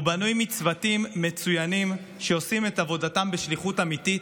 הוא בנוי מצוותים מצוינים שעושים את עבודתם בשליחות אמיתית.